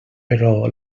però